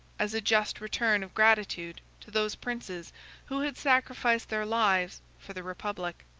as a just return of gratitude to those princes who had sacrificed their lives for the republic.